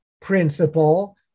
principle